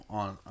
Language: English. on